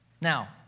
Now